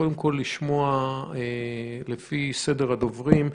קודם כול, לשמוע לפי סדר הדוברים.